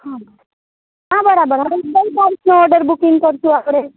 હા હા બરાબર હવે કઈ તારીખનો ઓર્ડર બૂકિંગ કરીશું આપણે